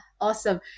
awesome